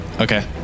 Okay